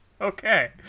Okay